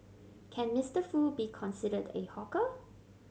can Mister Foo be considered a hawker